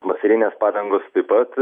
vasarinės padangos taip pat